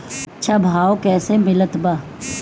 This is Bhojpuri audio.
अच्छा भाव कैसे मिलत बा?